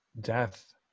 death